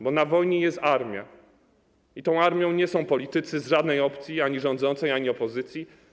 Bo na wojnie jest armia i tą armią nie są politycy z żadnej opcji - ani rządzącej, ani opozycji.